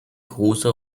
große